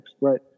right